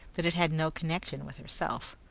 that it had no connection with herself,